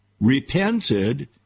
repented